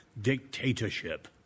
dictatorship